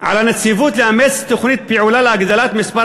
על הנציבות לאמץ תוכנית פעולה להגדלת מספר